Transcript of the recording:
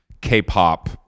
k-pop